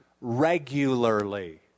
regularly